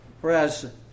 Whereas